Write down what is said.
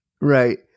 right